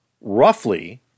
roughly